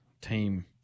team